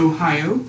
Ohio